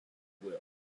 will